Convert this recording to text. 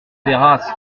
terrasse